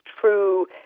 true